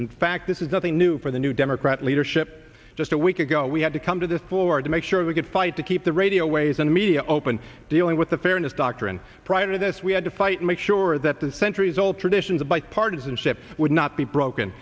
in fact this is nothing new for the new democrat leadership just a week ago we had to come to this forward to make sure we could fight to keep the radio waves and media open dealing with the fairness doctrine prior to this we had to fight make sure that the centuries old traditions of bipartisanship would not be broken